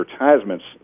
advertisements